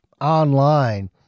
online